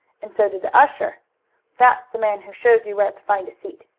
and so did the usher that's the man who shows you where to find a seat.